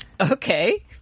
okay